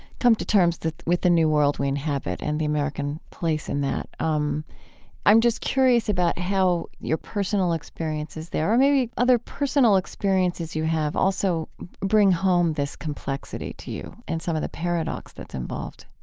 come to terms with the new world we inhabit and the american place in that. um i'm just curious about how your personal experiences there or maybe other personal experiences you have also bring home this complexity to you and some of the paradox that's involved